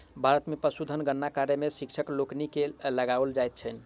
भारत मे पशुधन गणना कार्य मे शिक्षक लोकनि के लगाओल जाइत छैन